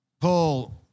Paul